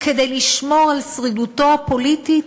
כדי לשמור על שרידותו הפוליטית,